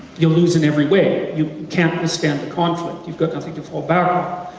you'll lose in every way. you can't withstand a conflict you've got nothing to fall back on.